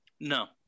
No